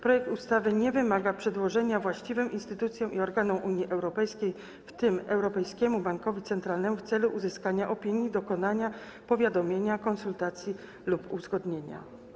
Projekt ustawy nie wymaga przedłożenia go właściwym instytucjom i organom Unii Europejskiej, w tym Europejskiemu Bankowi Centralnemu, w celu uzyskania opinii, dokonania powiadomienia, konsultacji lub uzgodnienia.